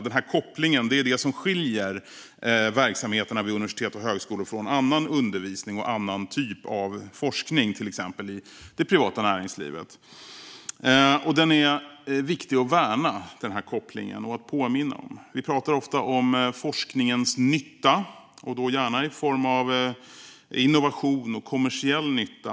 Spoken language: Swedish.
Den här kopplingen är det som skiljer verksamheten vid universitet och högskolor från annan undervisning och annan typ av forskning, till exempel i det privata näringslivet, och den är viktig att värna och påminna om. Vi pratar ofta om forskningens nytta och då gärna i form av innovation och kommersiell nytta.